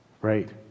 right